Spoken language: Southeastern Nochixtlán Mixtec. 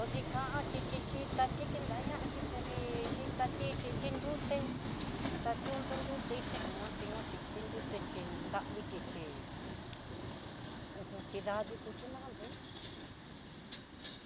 Kodikanti xhitati ta kidanñati tedii, yitati xhi tinriuté, tá tiundu nruté xhenoti noxhi tinriuté xi, nraviti chí uj ti davii njuti danandó ni uj.